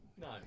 No